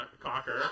Cocker